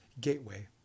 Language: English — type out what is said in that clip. gateway